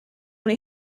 when